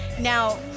Now